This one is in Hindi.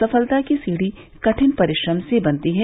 सफलता की सीढ़ी कठिन परिश्रम से ही बनती है